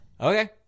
Okay